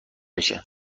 بشه